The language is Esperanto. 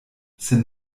sen